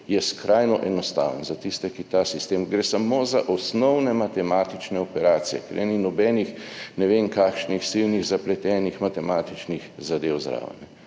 je skrajno enostaven za tiste, ki ta sistem, gre samo za osnovne matematične operacije. Tu ni nobenih ne vem kakšnih silnih zapletenih matematičnih zadev zraven,